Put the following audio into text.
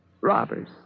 Robbers